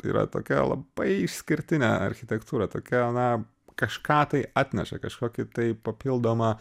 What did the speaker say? tai yra tokia labai išskirtinė architektūra tokia na kažką tai atneša kažkokį tai papildomą